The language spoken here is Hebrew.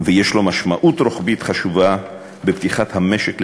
ויש לו משמעות רוחבית חשובה בפתיחת המשק לתחרות.